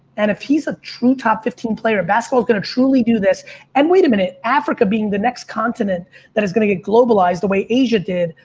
and if he's a true top fifteen player, basketball is going to truly do this and wait wait a minute, africa being the next continent that is going to get globalized the way asia did,